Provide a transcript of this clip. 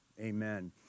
Amen